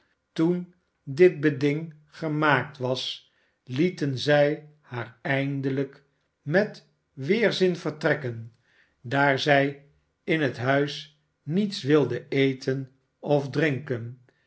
toen dit beding gemaakt was lieten zij haar eindelijk met weerzin vertrekken daar zij in het huis niets wilde eten of drinken